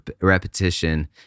repetition